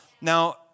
Now